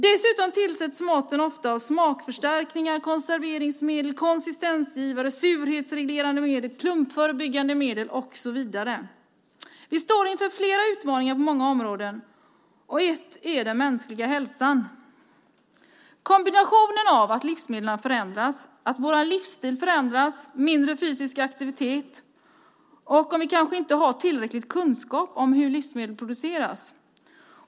Dessutom tillsätts ofta smakförstärkning, konserveringsmedel, konsistensgivare, surhetsreglerande medel, klumpförebyggande medel och så vidare. Vi står inför flera utmaningar på många olika områden. Ett sådant är den mänskliga hälsan. Det handlar om en kombination av att livsmedlen förändras, att vår livsstil förändras på grund av mindre fysisk aktivitet och att vi kanske inte har tillräckliga kunskaper om hur livsmedel produceras.